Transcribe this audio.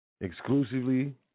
Exclusively